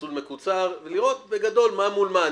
מסלול מקוצר, ולראות בגדול מה מול מה.